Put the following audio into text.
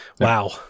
Wow